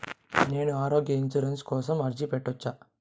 నేను ఆరోగ్య ఇన్సూరెన్సు కోసం అర్జీ పెట్టుకోవచ్చా?